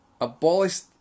abolished